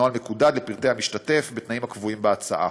נוהל מקודד לפרטי המשתתף בתנאים הקבועים בהצעה.